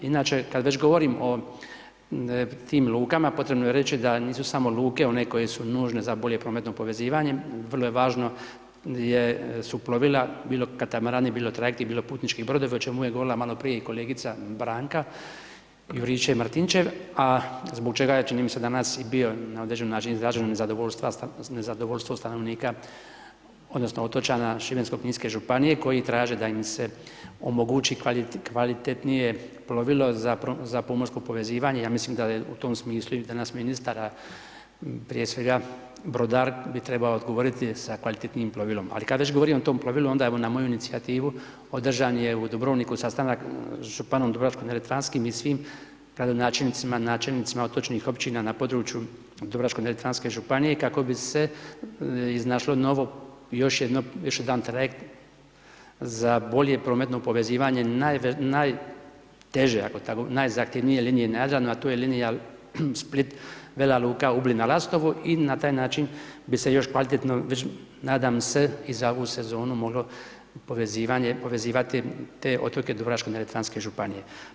Inače, kad već govorim o tim lukama, potrebno je reći da nisu samo luke one koje su nužne za bolje prometno povezivanje, vrlo je važno je, su plovila, bilo katamarani, bilo trajekti, bilo putnički brojevi, o čemu je govorila maloprije i kolegica Branka Juričev Martinčev, a zbog čega je čini mi se danas i bio na određen način izraženo nezadovoljstvo stanovnika odnosno otočana šibensko-kninske županije koji traže da im se omogući kvalitetnije plovilo za pomorsko povezivanje, ja mislim da je u tom smislu i danas ministara, prije svega brodar bi trebao odgovoriti sa kvalitetnijim plovilom, ali kad već govorim o tom plovilom, onda evo na moju inicijativu održan je u Dubrovniku sastanak sa županom dubrovačko neretvanskim i svim gradonačelnicima, načelnicima otočnih općina na području dubrovačko-neretvanske županije kako bi se iznašlo novo, još jedno, još jedan trajekt za bolje prometno povezivanje najteže, najzahtjevnije linije na Jadranu, a to je linija Split-Vela Luka-Ublina-Lastovo i na taj način bi se još kvalitetno već nadam se i za ovu sezonu moglo povezivanje, povezivati te otoke dubrovačko-neretvanske županije.